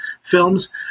films